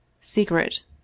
Secret